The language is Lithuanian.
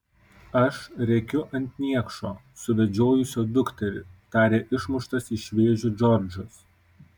aš rėkiu ant niekšo suvedžiojusio dukterį tarė išmuštas iš vėžių džordžas